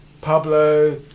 Pablo